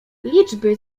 liczby